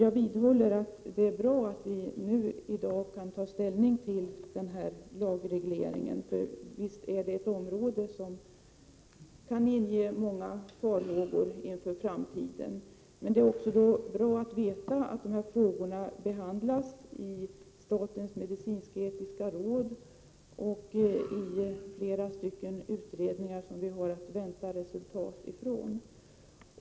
Jag vidhåller att det är bra att vi i dag kan ta ställning till den här lagregleringen. Visst handlar det om ett område som kan inge många farhågor inför framtiden. Men då är det också bra att veta att de här frågorna behandlas i statens medicinsk-etiska råd och i flera utredningar som vi har att vänta resultat från.